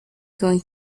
going